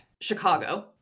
Chicago